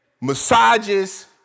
massages